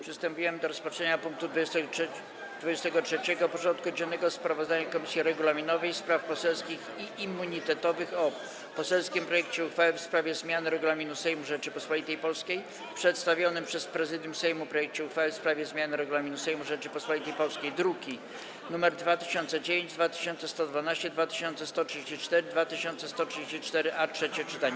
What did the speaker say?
Przystępujemy do rozpatrzenia punktu 23. porządku dziennego: Sprawozdanie Komisji Regulaminowej, Spraw Poselskich i Immunitetowych o: - poselskim projekcie uchwały w sprawie zmiany Regulaminu Sejmu Rzeczypospolitej Polskiej, - przedstawionym przez Prezydium Sejmu projekcie uchwały w sprawie zmiany Regulaminu Sejmu Rzeczypospolitej Polskiej (druki nr 2009, 2112, 2134 i 2134-A) - trzecie czytanie.